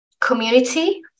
community